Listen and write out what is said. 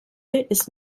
ist